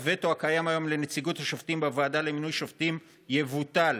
הווטו הקיים היום לנציגות השופטים בוועדה למינוי שופטים יבוטל.